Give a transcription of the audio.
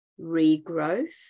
regrowth